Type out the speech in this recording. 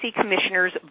commissioners